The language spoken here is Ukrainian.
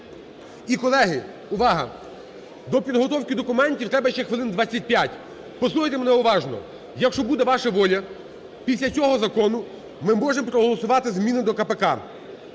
І, колеги, увага! До підготовки документів треба ще хвилин 25. Послухайте мене уважно, якщо буде ваша воля, після цього закону ми можемо проголосувати зміни до КПК.